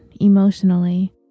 emotionally